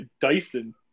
Dyson